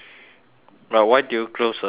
but why do you close the door